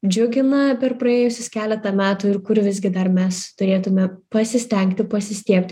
džiugina per praėjusis keletą metų ir kur visgi dar mes turėtume pasistengti pasistiebt